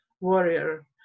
warrior